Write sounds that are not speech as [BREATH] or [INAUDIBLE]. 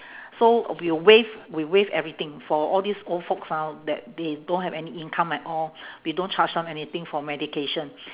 [BREATH] so we'll waive we waive everything for all these old folks ah that they don't have any income at all we don't charge them anything for medication